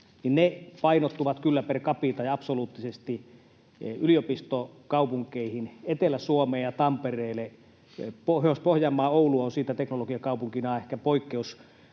ne painottuvat kyllä per capita ja absoluuttisesti yliopistokaupunkeihin Etelä-Suomeen ja Tampereelle. Pohjois-Pohjanmaan Oulu on siitä teknologiakaupunkina ehkä poikkeus.